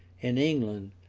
in england,